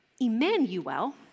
Emmanuel